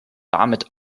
damit